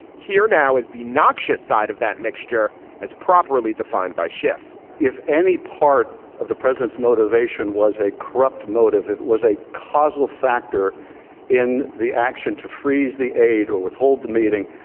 here now is the noxious side of that mixture as properly defined by schiff if any part of the president's motivation was a corrupt motive, it was a causal factor in the action to freeze the aid or withhold the meeting.